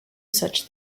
such